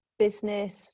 business